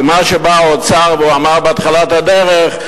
כי מה שבא האוצר ואמר בהתחלת הדרך: